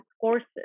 courses